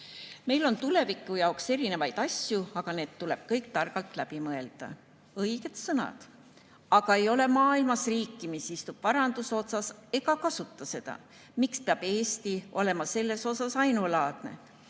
Meil on tuleviku jaoks erinevaid asju, aga need tuleb kõik targalt läbi mõelda." Õiged sõnad. Aga ei ole maailmas riiki, mis istub varanduse otsas ega kasuta seda. Miks peab Eesti olema selles ainulaadne?